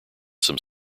some